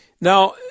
now